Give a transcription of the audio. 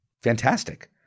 fantastic